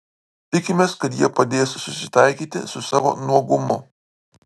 tikimės kad jie padės susitaikyti su savo nuogumu